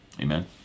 amen